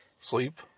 Sleep